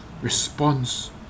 response